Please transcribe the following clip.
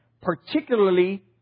particularly